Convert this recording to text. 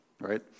right